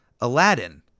Aladdin